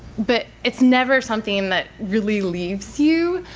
but it's never something that really leaves you.